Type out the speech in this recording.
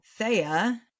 Thea